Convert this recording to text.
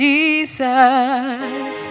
Jesus